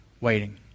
waiting